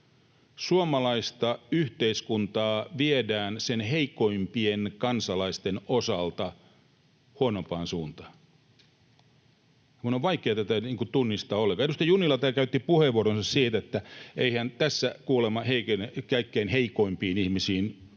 Suomalaista yhteiskuntaa viedään sen heikoimpien kansalaisten osalta huonompaan suuntaan. Minun on vaikea tätä tunnistaa ollenkaan. Edustaja Junnila täällä käytti puheenvuoronsa siitä, että eihän tässä kuulemma kaikkein heikoimpien ihmisten